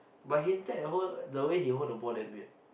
but Hin-Teck hold the way he hold the ball damn weird